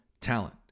talent